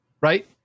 right